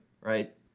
right